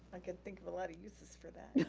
i could think of a lotta uses for that.